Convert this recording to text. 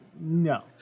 No